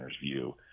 view